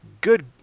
good